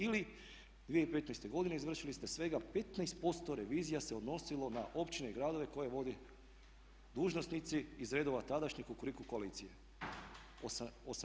Ili 2015. godine izvršili ste svega 15% revizija se odnosilo na općine i gradove koje vode dužnosnici iz redova tadašnje Kukuriku koalicije.